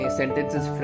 sentences